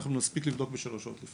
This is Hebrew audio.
אנחנו נספיק לבדוק בשלוש שעות.